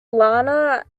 lana